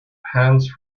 hands